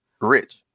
rich